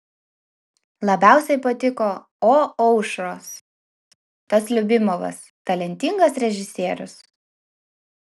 labiausiai patiko o aušros tas liubimovas talentingas režisierius